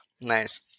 Nice